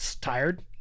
tired